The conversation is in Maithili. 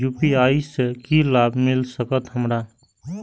यू.पी.आई से की लाभ मिल सकत हमरा?